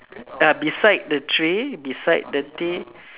uh beside the tree beside the tea